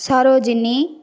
Sarojini